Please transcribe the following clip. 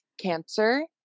cancer